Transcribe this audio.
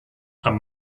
and